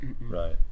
Right